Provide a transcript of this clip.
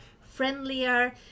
friendlier